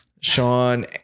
Sean